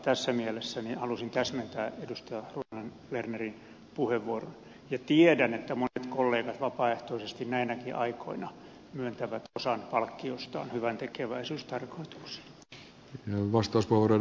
tässä mielessä halusin täsmentää edustaja ruohonen lernerin puheenvuoroa ja tiedän että monet kollegat vapaaehtoisesti näinäkin aikoina myöntävät osan palkkiostaan hyväntekeväisyystarkoituksiin